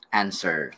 answer